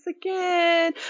again